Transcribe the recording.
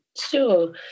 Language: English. Sure